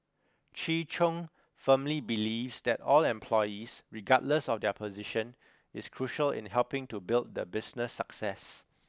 Chi Chung firmly believes that all employees regardless of their position is crucial in helping to build the business success